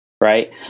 right